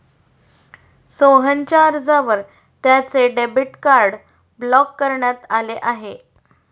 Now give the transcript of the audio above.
सोहनच्या अर्जावर त्याचे डेबिट कार्ड ब्लॉक करण्यात आले आहे